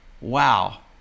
Wow